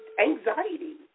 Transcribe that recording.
anxiety